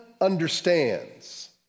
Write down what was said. understands